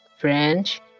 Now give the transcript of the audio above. French